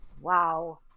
Wow